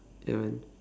ya man